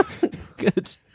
Good